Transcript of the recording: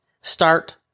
start